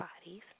bodies